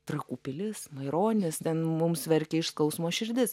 trakų pilis maironis ten mums verkia iš skausmo širdis